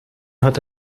hat